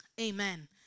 Amen